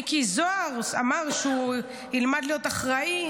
מיקי זוהר אמר שהוא ילמד להיות אחראי.